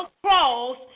cross